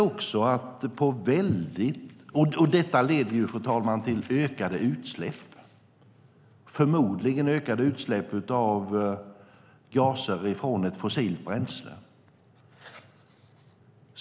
Det leder till ökade utsläpp - förmodligen utsläpp av gaser från ett fossilt bränsle.